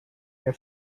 your